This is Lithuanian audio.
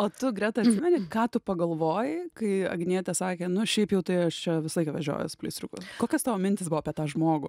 o tu greta atsimeni ką tu pagalvojai kai agnietė sakė nu šiaip jau tai aš čia visą laiką vežiojuos pleistriukų kokios tavo mintys buvo apie tą žmogų